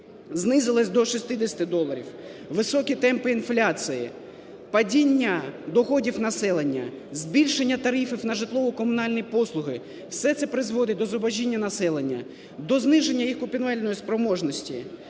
знизилась до 60 доларів. Високі темпи інфляції, падіння доходів населення, збільшення тарифів на житлово-комунальні послуги – все це призводить до зубожіння населення, до зниження їх купівельної спроможності.